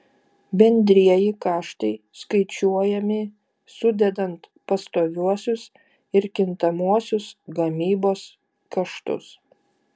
bendrieji kaštai skaičiuojami sudedant pastoviuosius ir kintamuosius gamybos kaštus